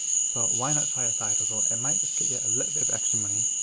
so, why not try a side hustle, it might just get you a little bit of extra money.